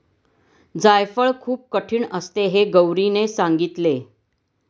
जायफळ खूप कठीण असते हे गौरीने सांगितले